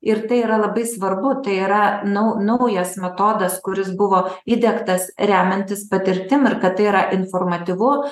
ir tai yra labai svarbu tai yra nau naujas metodas kuris buvo įdiegtas remiantis patirtim ir kad tai yra informatyvu